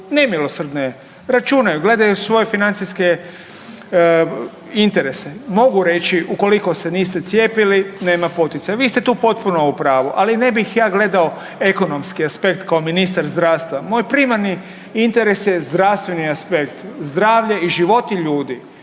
nemilosrdne, računaju, gledaju svoje financijske interese. Mogu reći ukoliko se niste cijepili nema poticaja. Vi ste tu potpuno u pravu, ali ne bih ja gledao ekonomski aspekt kao ministar zdravstva. Moj primarni interes je zdravstven aspekt, zdravlje i životi ljudi.